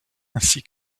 ainsi